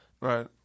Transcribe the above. Right